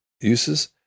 uses